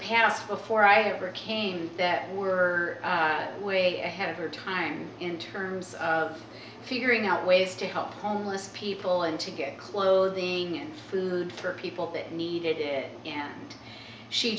past before i ever came that were way ahead of her time in terms of figuring out ways to help homeless people and to get clothing and food for people that needed it and she